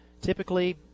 Typically